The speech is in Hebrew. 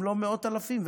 אם לא מאות אלפים,